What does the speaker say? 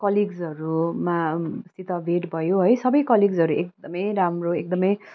कलिग्जहरूमासित भेट भयो है सबै कलिग्जहरू एक दमै राम्रो एकदमै